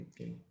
Okay